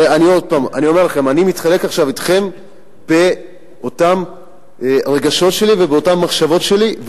ואני עוד פעם אומר לכם: אני חולק עכשיו אתכם את רגשות שלי והמחשבות שלי,